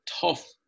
tough